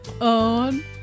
on